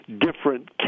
different